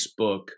Facebook